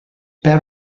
per